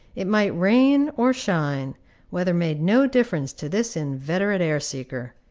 it might rain or shine weather made no difference to this inveterate air-seeker.